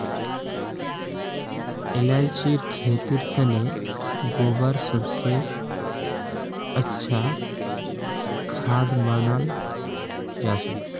इलायचीर खेतीर तने गोबर सब स अच्छा खाद मनाल जाछेक